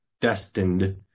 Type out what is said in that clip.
destined